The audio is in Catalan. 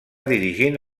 dirigint